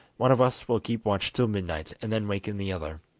one of us will keep watch till midnight, and then waken the other